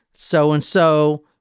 so-and-so